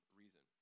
reason